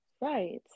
Right